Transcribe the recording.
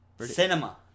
Cinema